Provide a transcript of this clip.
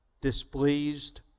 displeased